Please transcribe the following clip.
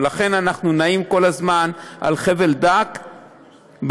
ולכן, אנחנו נעים כל הזמן על חבל דק בנושא.